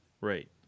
Right